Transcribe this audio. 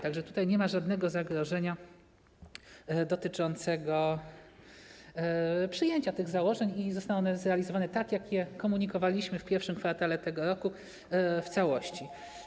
Tak że tutaj nie ma żadnego zagrożenia dotyczącego przyjęcia tych założeń, zostaną one zrealizowane tak, jak o tym komunikowaliśmy w pierwszym kwartale tego roku, w całości.